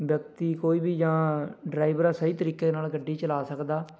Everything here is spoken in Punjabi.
ਵਿਅਕਤੀ ਕੋਈ ਵੀ ਜਾਂ ਡਰਾਈਵਰ ਆ ਸਹੀ ਤਰੀਕੇ ਨਾਲ ਗੱਡੀ ਚਲਾ ਸਕਦਾ